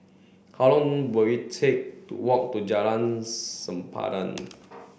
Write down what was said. how long will it take to walk to Jalan Sempadan